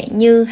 như